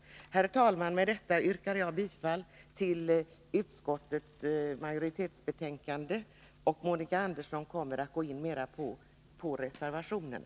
Herr talman! Med detta yrkar jag bifall till utskottets hemställan. Monica Andersson kommer att gå in mera på reservationerna.